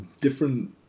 different